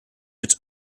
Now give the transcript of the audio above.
its